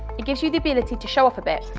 it gives you the ability to show off a bit,